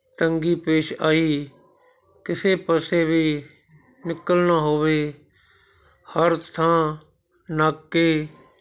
ਤੰਗੀ ਪੇਸ਼ ਆਈ ਕਿਸੇ ਪਾਸੇ ਵੀ ਨਿਕਲਣਾ ਹੋਵੇ ਹਰ ਥਾਂ ਨਾਕੇ